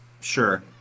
Sure